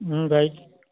हूं भाई